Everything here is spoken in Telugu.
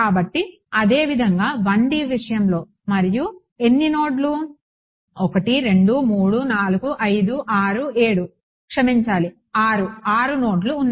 కాబట్టి అదేవిధంగా 1 D విషయంలో మరియు ఎన్ని నోడ్లు 1 2 3 4 5 6 7 క్షమించాలి 6 6 నోడ్స్ ఉన్నాయి